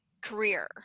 career